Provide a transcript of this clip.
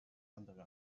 andere